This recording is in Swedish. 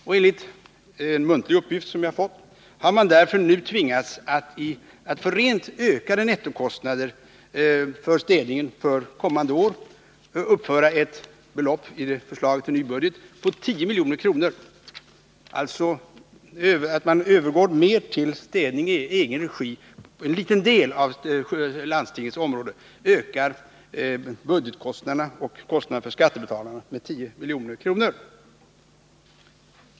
Och enligt en muntlig uppgift som jag har fått har man därför nu tvingats att för rent ökade nettokostnader för städningen för kommande år uppföra ett belopp i förslaget till ny budget av 10 milj.kr. Att man övergår mer till städning i egen regi i en liten del av landstingets område ökar alltså budgetkostnaderna och kostnader för skattebetalarna med 10 milj.kr.